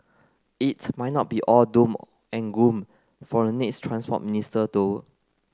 it might not be all doom and gloom for the next Transport Minister though